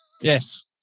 Yes